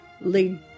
lead